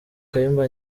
kayumba